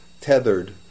tethered